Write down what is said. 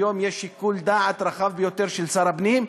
היום יש שיקול דעת רחב ביותר של שר הפנים.